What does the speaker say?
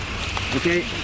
okay